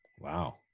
Wow